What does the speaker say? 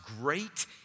great